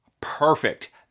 Perfect